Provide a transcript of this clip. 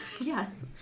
yes